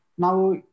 Now